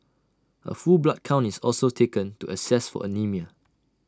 A full blood count is also taken to assess for anaemia